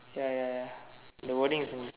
ya ya ya the wording is in